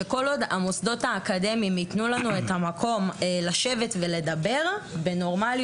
שכל עוד המוסדות האקדמיים יתנו לנו מקום לשבת ולדבר באופן נורמלי